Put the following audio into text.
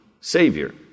Savior